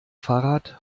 fahrrad